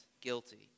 guilty